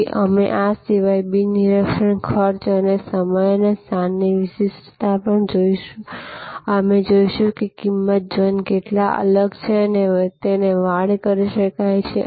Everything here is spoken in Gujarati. તેથી અમે આ સિવાય બિન નિરીક્ષણ ખર્ચ અને સમય અને સ્થાનની વિશિષ્ટતા પણ જોઈશું અમે જોઈશું કે કિંમત ઝોન કેટલા અલગ છે અને વાડ કરી શકાય છે